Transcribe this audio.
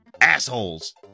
ASSHOLES